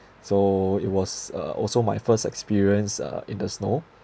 so it was uh also my first experience uh in the snow